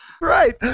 right